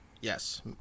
Yes